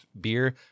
beer